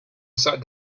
sat